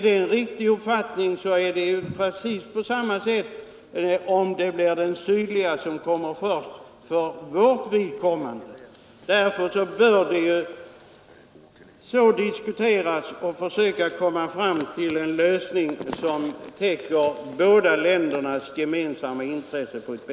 Motsvarande förhållanden gäller för oss om den sydliga förbindelsen byggs först. Därför bör vi diskutera och försöka komma fram till en lösning som på bästa sätt tillgodoser båda ländernas gemensamma intressen.